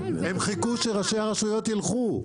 הם חיכו שראשי הרשויות ילכו,